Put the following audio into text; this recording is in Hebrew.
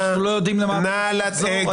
אנחנו לא יודעים למה אתם רוצים לחזור?